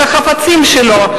את החפצים שלו,